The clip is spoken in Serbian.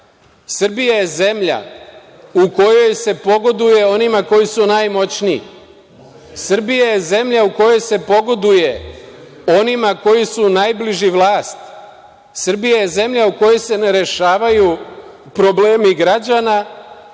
Srbija je zemlja u kojoj se pogoduje onima koji su najmoćniji. Srbija je zemlja u kojoj se pogoduje onima koji su najbliži vlasti. Srbija je zemlja u kojoj se ne rešavaju problemi građana,